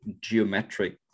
geometric